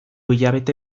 hilabete